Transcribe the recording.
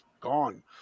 gone